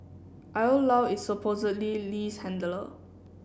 Io Lao is supposedly Lee's handler